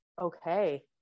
Okay